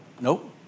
nope